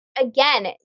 again